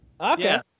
Okay